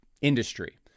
industry